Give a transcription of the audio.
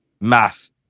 mass